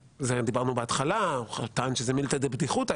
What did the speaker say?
דיברנו על זה בהתחלה, הוא טען שזה מילתא דבדיחותא.